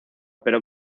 pero